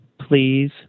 please